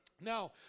Now